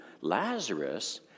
Lazarus